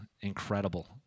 incredible